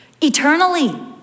eternally